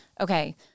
okay